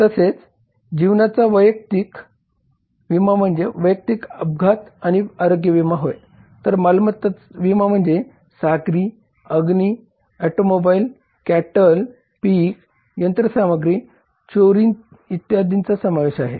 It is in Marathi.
तसेच जीवनाचा वैयक्तिक विमा म्हणजे वैयक्तिक अपघात आणि आरोग्य विमा होय तर मालमत्ता विमा म्हणेज सागरी अग्नि ऑटोमोबाईल कॅटल पीक यंत्रसामग्री चोरी इत्यादींचा समावेश आहे